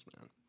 man